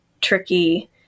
tricky